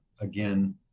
again